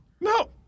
No